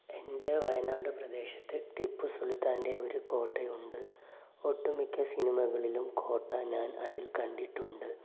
എൻ്റെ വയനാട് പ്രദേശത്ത് ടിപ്പുസുൽത്താൻ്റെ ഒരു കോട്ടയുണ്ട് ഒട്ടുമിക്ക സിനിമകളിലും കോട്ട ഞാൻ അതിൽ കണ്ടിട്ടുണ്ട്